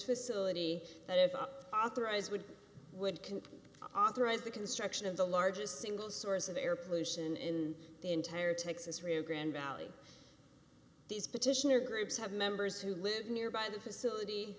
facility that is authorized would would can authorize the construction of the largest single source of air pollution in the entire texas rio grande valley these petitioner groups have members who live nearby the facility